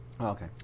okay